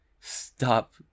Stop